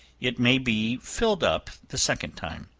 it may be filled up the second time.